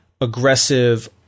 aggressive